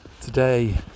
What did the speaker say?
today